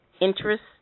interest